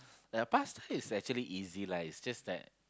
ya pasta is actually easy lah it's just that